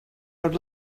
would